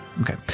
Okay